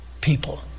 people